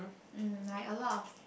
mm like a lot of